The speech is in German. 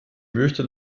möchte